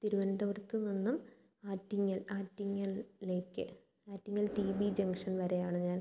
തിരുവനന്തപുരത്തുനിന്നും ആറ്റിങ്ങൽ ആറ്റിങ്ങലിലേക്ക് Attingal T B junction വരെയാണ് ഞാൻ